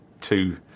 two